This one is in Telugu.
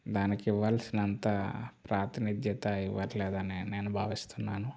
దానికి ఇవ్వాల్సినంత ప్రాతినిధ్యత ఇవ్వట్లేదని నేను భావిస్తున్నాను